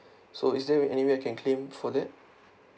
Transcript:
so is there any any way I can claim for that